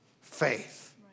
faith